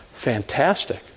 fantastic